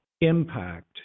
impact